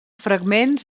fragments